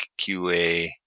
QA